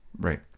right